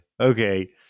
Okay